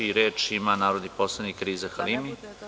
Reč ima narodni poslanik Riza Halimi.